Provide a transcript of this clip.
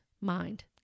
mind